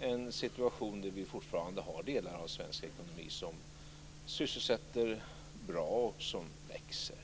en situation där vi fortfarande har delar av svensk ekonomi som sysselsätter bra och som växer.